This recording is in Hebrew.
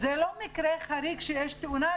זה לא מקרה חריג שיש תאונה,